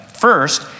First